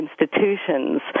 institutions